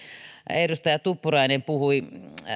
edustaja tuppurainen puhui